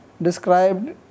Described